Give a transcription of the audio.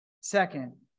Second